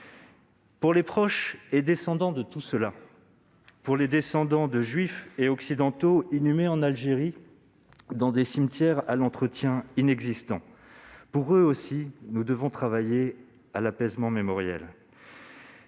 pour les proches et les descendants de tous ceux-là, pour les descendants de juifs et d'occidentaux inhumés en Algérie dans des cimetières dont l'entretien est inexistant. Pour eux aussi, nous devons travailler à l'apaisement mémoriel